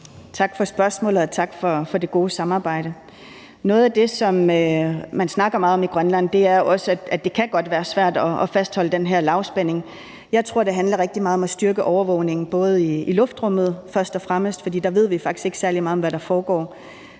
Tak for spørgsmålet, og tak for det gode samarbejde. Noget af det, som man snakker meget om i Grønland, er også, at det godt kan være svært at fastholde den her lavspænding. Jeg tror, det handler rigtig meget om at styrke overvågningen, først og fremmest i luftrummet, for der ved vi faktisk ikke særlig meget om hvad der foregår,